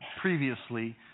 previously